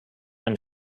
and